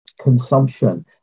consumption